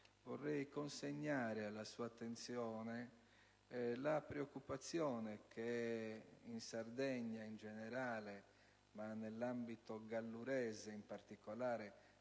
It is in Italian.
vorrei consegnare alla sua attenzione la preoccupazione che si diffonde in Sardegna, in generale, e nell'ambito gallurese, in particolare